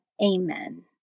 Amen